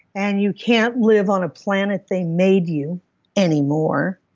and you can't live on a planet they made you anymore,